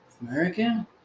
American